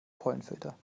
pollenfilter